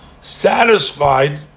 satisfied